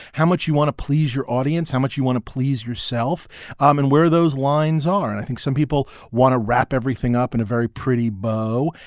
how much you want to please your audience, how much you want to please yourself um and where those lines are. and i think some people want to wrap everything up in a very pretty bow.